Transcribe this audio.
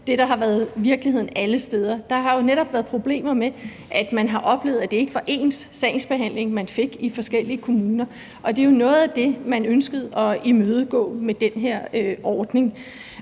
det, der har været virkeligheden alle steder. Der har netop været problemer med, at man har oplevet, at der ikke var ens sagsbehandling i forskellige kommuner, og det er jo noget af det, man ønskede at imødegå med den her ordning.